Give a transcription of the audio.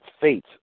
fate